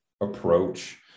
approach